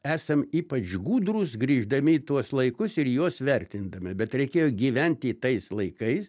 esam ypač gudrūs grįždami į tuos laikus ir juos vertindami bet reikėjo gyventi tais laikais